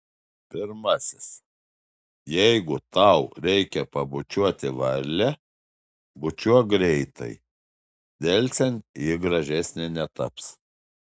pirmasis jeigu tau reikia pabučiuoti varlę bučiuok greitai delsiant ji gražesnė netaps